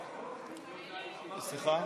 סליחה,